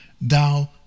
thou